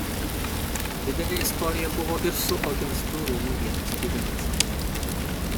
didelė istorija buvo ir su oginskių rūmų vietos tyrimais